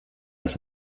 dass